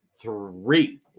Three